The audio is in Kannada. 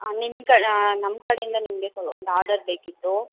ಹಾಂ ನಿಮ್ಮಕಡೆ ಹಾಂ ನಮ್ಮಕಡೆಯಿಂದ ನಿಮಗೆ ಒಂದು ಆರ್ಡರ್ ಬೇಕಿತ್ತು